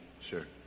Sure